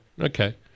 Okay